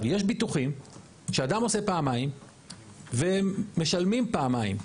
יש ביטוחים שאדם עושה פעמיים והם משלמים פעמיים.